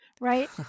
right